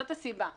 זאת הסיבה.